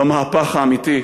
במהפך האמיתי,